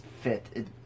fit